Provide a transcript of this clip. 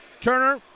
Turner